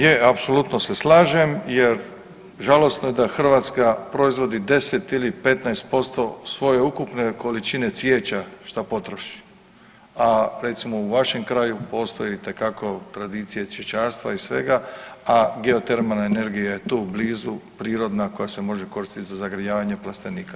Je apsolutno se slažem jer žalosno je da Hrvatska proizvodi 10 ili 15% svoje ukupne količine cvijeća što potroši, a recimo u vašem kraju postoji itekako tradicija cvjećarstva i svega, a geotermalna energija je tu blizu prirodna koja se može koristiti za zagrijavanje plastenika.